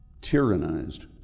Tyrannized